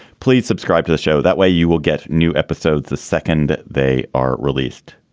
please subscribe to the show. that way you will get new episodes the second they are released.